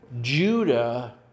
Judah